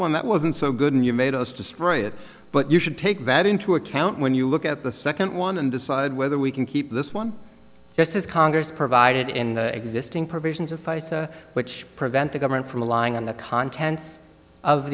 one that wasn't so good and you made us destroy it but you should take that into account when you look at the second one and decide whether we can keep this one this is congress provided in existing provisions of which prevent the government from the lying and the contents of